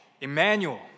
Emmanuel